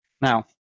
Now